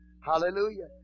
Hallelujah